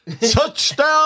Touchdown